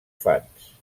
fans